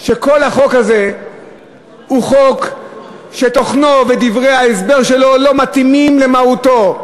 כשכל החוק הזה הוא חוק שתוכנו ודברי ההסבר שלו לא מתאימים למהותו,